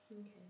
okay